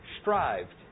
strived